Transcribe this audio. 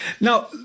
Now